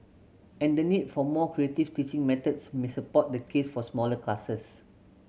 and the need for more creative teaching methods may support the case for smaller classes